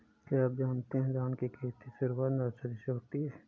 क्या आप जानते है धान की खेती की शुरुआत नर्सरी से होती है?